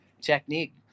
technique